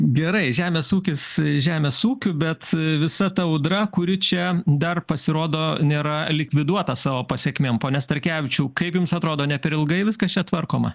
gerai žemės ūkis žemės ūkiu bet visa ta audra kuri čia dar pasirodo nėra likviduota savo pasekmėm pone starkevičiau kaip jums atrodo ne per ilgai viskas čia tvarkoma